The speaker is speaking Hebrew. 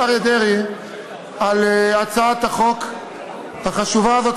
אריה דרעי על הצעת החוק החשובה הזאת.